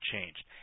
changed